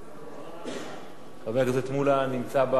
חבר הכנסת מולה נמצא?